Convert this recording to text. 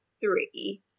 three